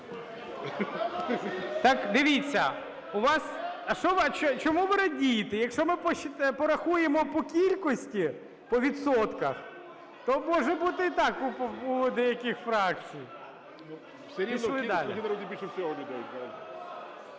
у залі) А чому ви радієте? Якщо ми порахуємо по кількості, по відсотках, то може бути і так у деяких фракцій. Йдемо далі.